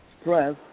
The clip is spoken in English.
stress